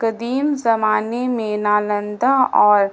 قدیم زمانے میں نالندہ اور